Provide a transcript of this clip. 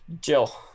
Jill